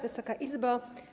Wysoka Izbo!